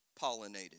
pollinated